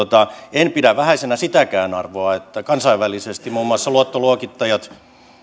en pidä vähäisenä sitäkään arvoa että kansainvälisesti muun muassa luottoluokittajat